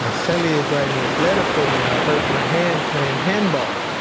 ah cellie is writing this letter for me, i hurt my hand playing handball.